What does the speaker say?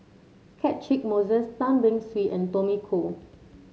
Catchick Moses Tan Beng Swee and Tommy Koh